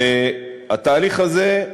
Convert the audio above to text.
התהליך הזה,